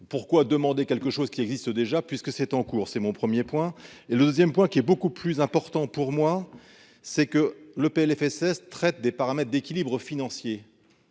pourquoi demander quelque chose qui existe déjà, puisque c'est en cours, c'est mon 1er point et le 2ème point qui est beaucoup plus important pour moi, c'est que le PLFSS traite des paramètres d'équilibres financiers.